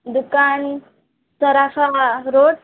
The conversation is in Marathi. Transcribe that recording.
दुकान सराफा रोड